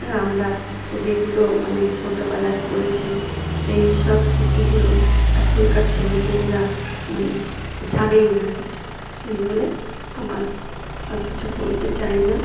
আমরা যেগুলো মানে ছোটোবেলায় করেছি সেই সব স্মৃতিগুলো এখনকার ছেলেমেয়েরা মানে জানেই না কিছু এই বলে আমার আর কিছু বলতে চাই না